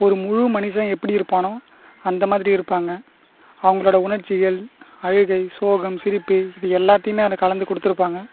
ஒரு முழு மனிதன் எப்படி இருப்பானோ அந்தமாதிரி இருப்பாங்க அவங்களோட உணர்ச்சிகள் அழுகை சோகம் சிரிப்பு இது எல்லாத்தையுமே அதில் கலந்து கொடுத்துருப்பாங்க